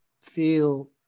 feel